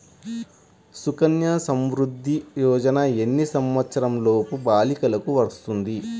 సుకన్య సంవృధ్ది యోజన ఎన్ని సంవత్సరంలోపు బాలికలకు వస్తుంది?